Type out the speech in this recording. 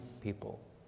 people